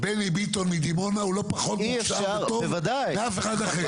בני ביטון מדימונה הוא לא פחות מוכשר וטוב מאף אחד אחר.